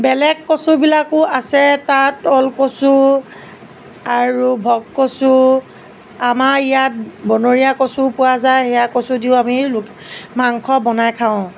বেলেগ কচুবিলাকো আছে তাত ওলকচু আৰু ভোগকচু আমাৰ ইয়াত বনৰীয়া কচুও পোৱা যায় সেয়া কচু দিও আমি মাংস বনাই খাওঁ